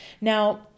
Now